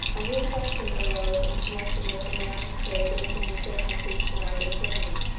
a new question arose in connection with american trade with the neutral countries surrounding germany.